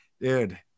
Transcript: Dude